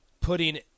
putting